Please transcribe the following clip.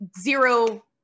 zero